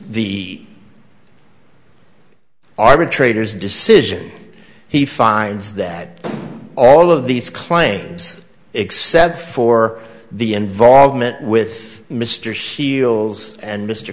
the arbitrator's decision he finds that all of these claims except for the involvement with mr shiels and mr